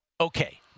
Okay